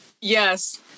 Yes